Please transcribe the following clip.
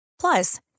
Plus